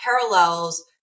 parallels